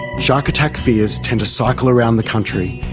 shark attack fears tend to cycle around the country,